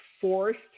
forced